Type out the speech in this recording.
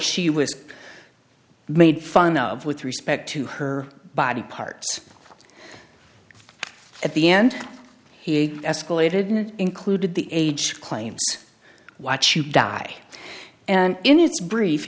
she was made fun of with respect to her body parts at the end he escalated and included the age claims watch you die and in his brief